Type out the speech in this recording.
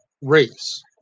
race